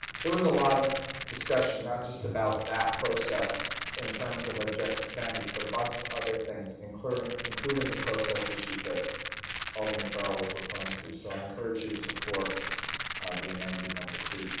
there was a lot of discussion not just about that process in terms of objective standards. but a bunch of other things, including including the process issues that alderman farrell was referring to. so i encourage you to support the amended number two.